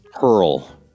hurl